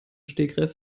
stegreif